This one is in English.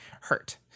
hurt